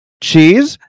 Cheese